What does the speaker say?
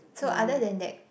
so other than that